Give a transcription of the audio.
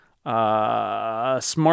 Smart